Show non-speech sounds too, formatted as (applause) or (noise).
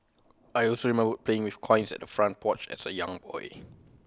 I also (unintelligible) playing with coins at the front porch as A young boy